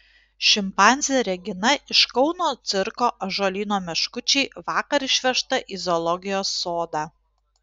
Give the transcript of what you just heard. šimpanzė regina iš kauno cirko ąžuolyno meškučiai vakar išvežta į zoologijos sodą